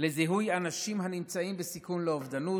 לזיהוי אנשים הנמצאים בסיכון לאובדנות,